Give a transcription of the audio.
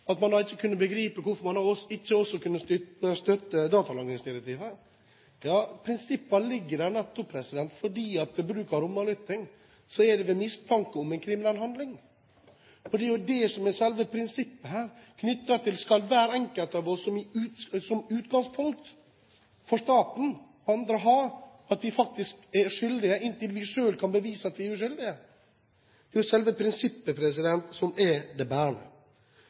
at man da ikke kunne begripe hvorfor man ikke også kunne støtte datalagringsdirektivet. Prinsippene ligger der nettopp fordi bruk av romavlytting skjer ved mistanke om en kriminell handling. Selve prinsippet her er knyttet til om hver enkelt av oss som utgangspunkt for staten og andre, faktisk er skyldige inntil vi selv kan bevise at vi er uskyldige. Det er jo selve prinsippet som er det